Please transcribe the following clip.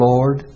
Lord